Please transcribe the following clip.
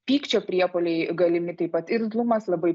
pykčio priepuoliai galimi taip pat irzlumas labai